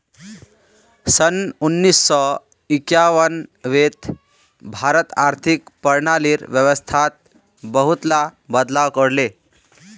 सन उन्नीस सौ एक्यानवेत भारत आर्थिक प्रणालीर व्यवस्थात बहुतला बदलाव कर ले